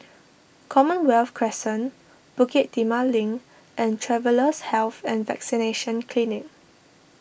Commonwealth Crescent Bukit Timah Link and Travellers' Health and Vaccination Clinic